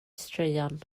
straeon